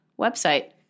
website